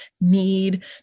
need